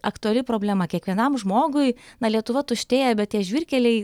aktuali problema kiekvienam žmogui na lietuva tuštėja bet tie žvyrkeliai